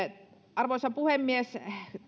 arvoisa puhemies